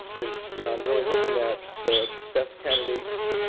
you know i'm really hoping that the best candidates